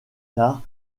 tard